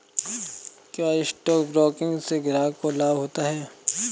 क्या stock broking से ग्राहक को लाभ होता है?